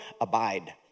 Abide